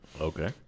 Okay